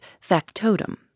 factotum